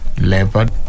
leopard